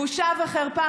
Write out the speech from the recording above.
בושה וחרפה,